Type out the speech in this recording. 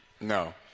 No